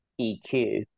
EQ